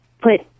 put